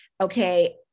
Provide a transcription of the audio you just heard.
okay